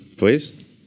please